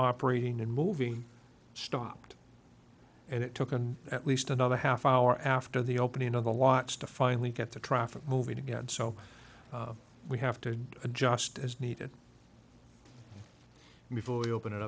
operating in moving stopped and it took on at least another half hour after the opening of the lots to finally get the traffic moving again so we have to adjust as needed before we open it